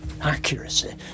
accuracy